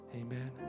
Amen